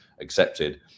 accepted